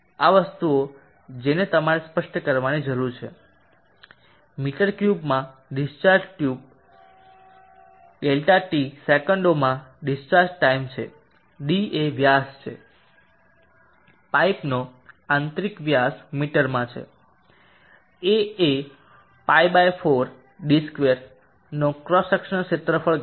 આ વસ્તુઓ જેને તમારે સ્પષ્ટ કરવાની જરૂર છે મીટર ક્યુબમાં ડિસ્ચાર્જ વોલ્યુમ Δt સેકન્ડોમાં ડીસ્ચાર્જ ટાઈમ છે ડી એ વ્યાસ છે પાઇપનો આંતરિક વ્યાસ મીટરમાં છે Aએ π 4 d2 નો ક્રોસ સેક્શન ક્ષેત્રફળ ગણાય છે